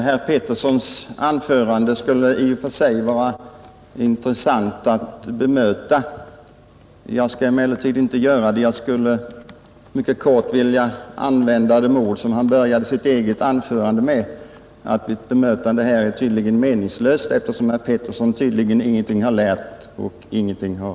Herr talman! Det skulle i och för sig vara intressant att bemöta herr Arne Petterssons anförande. Jag skall emellertid inte göra det, utan bara mycket kort använda de ord till herr Bengtson som han började sitt anförande med, nämligen att ett bemötande är meningslöst. Herr Pettersson har tydligen ingenting lärt och ingenting hört.